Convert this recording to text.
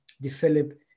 develop